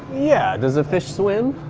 yeah, does a fish swim?